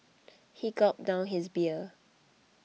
he gulped down his beer